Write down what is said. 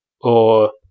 or-